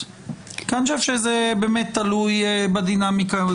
כי אני חושב שזה באמת תלוי בדינמיקה,